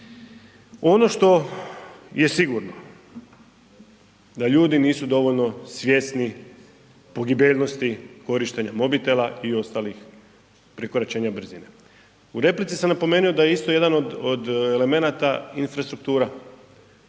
Ono što je sigurno da ljudi nisu dovoljno svjesni pogibeljnosti korištenja mobitela i ostalih prekoračenja brzine. U replici sam napomenuo da je isto jedan od elemenata infrastruktura,